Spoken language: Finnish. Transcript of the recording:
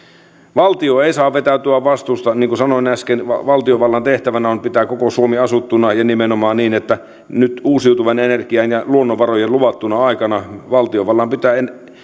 valtio ei saa vetäytyä vastuustaan niin kuin sanoin äsken valtiovallan tehtävänä on pitää koko suomi asuttuna ja nimenomaan niin että nyt uusiutuvan energian ja luonnonvarojen luvattuna aikana valtiovallan pitää